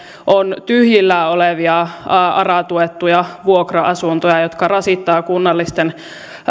on tyhjillään olevia ara tuettuja vuokra asuntoja jotka rasittavat kunnallisten